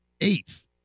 eighth